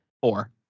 Four